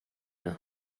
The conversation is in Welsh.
nhw